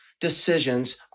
decisions